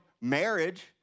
marriage